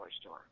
store